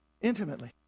intimately